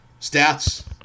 Stats